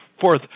fourth